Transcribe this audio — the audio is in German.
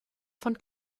von